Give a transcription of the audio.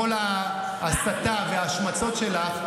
אז עם כל ההסתה וההשמצות שלך,